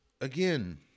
again